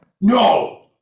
no